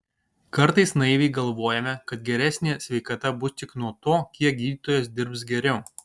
kartais naiviai galvojame kad geresnė sveikata bus tik nuo to kiek gydytojas dirbs geriau